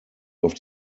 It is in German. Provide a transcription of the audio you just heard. auf